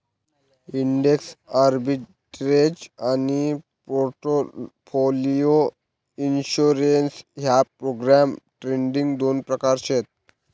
index arbitrage आनी portfolio insurance ह्या programme trading दोन प्रकार शेत